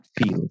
feel